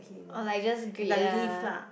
or like just greet ah